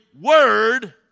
word